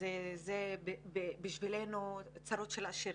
אז בשבילנו אלה זה צרות של עשירים.